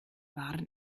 waren